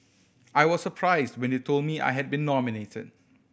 I was surprised when they told me I had been nominated